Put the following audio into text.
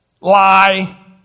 Lie